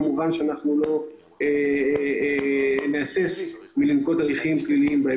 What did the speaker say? אנחנו לא נהסס לנקוט הליכים פליליים.